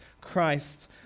Christ